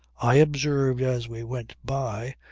i observed, as we went by,